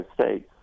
states